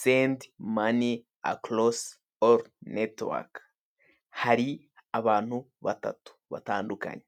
senti mani akorosi oru netiwaka, hari abantu batatu batandukanye.